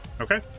Okay